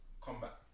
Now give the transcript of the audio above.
combat